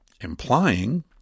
implying